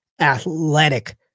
athletic